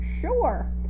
sure